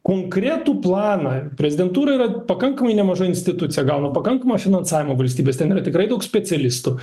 konkretų planą prezidentūra yra pakankamai nemaža institucija gauna pakankamą finansavimą valstybės ten yra tikrai daug specialistų